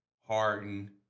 Harden